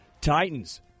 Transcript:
Titans